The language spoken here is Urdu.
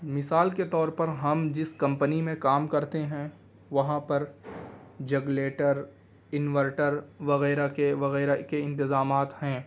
مثال کے طور پر ہم جس کمپنی میں کام کرتے ہیں وہاں پر جنریٹر انورٹر وغیرہ کے وغیرہ کے انتظامات ہیں